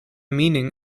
meaning